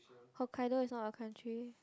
Hokkaido is not a country